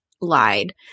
lied